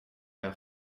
heure